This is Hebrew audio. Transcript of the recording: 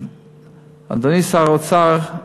אדוני שר האוצר,